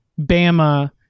Bama